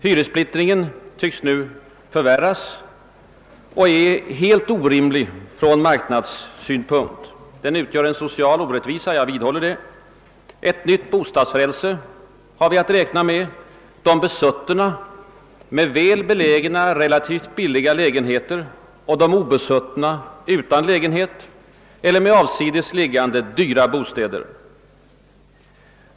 Hyressplittringen tycks nu förvärras och är helt orimlig ur marknadssynpunkt. Den utgör en social orättvisa; jag vidhåller det. Vi har att räkna med ett nytt bostadsfrälse — de besuttna, med väl belägna, relativt billiga lägenheter. Motpolen till dessa blir de obesuttna utan lägenhet eller med avsides liggande, dyra bostäder.